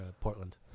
Portland